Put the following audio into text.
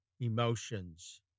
emotions